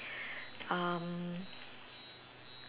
um